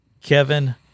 Kevin